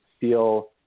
feel